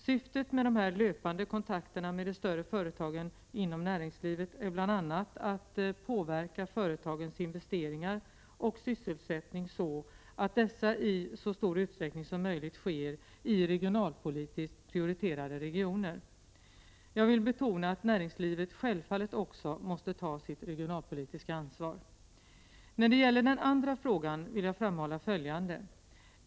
Syftet med de här löpande kontakterna med de större företagen inom näringslivet är bl.a. att påverka företagens investeringar och sysselsättning så, att dessa i så stor utsträckning som möjligt sker i regionalpolitiskt prioriterade regioner. Jag vill betona att näringslivet självfallet också måste ta sitt regionalpolitiska ansvar. När det gäller den andra frågan vill jag framhålla följande.